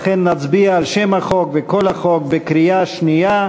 ולכן נצביע על שם החוק ועל כל החוק בקריאה שנייה.